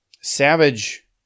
Savage